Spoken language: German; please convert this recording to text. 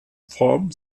form